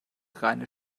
reine